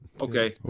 Okay